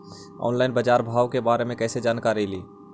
Online बाजार भाव के बारे मे कैसे जानकारी ली?